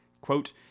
Quote